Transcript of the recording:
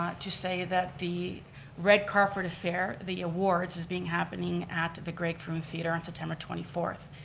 to say that the red carpet affair, the awards is being happening at the greg frewin theater on september twenty fourth.